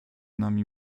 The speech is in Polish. nami